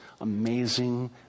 amazing